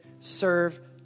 serve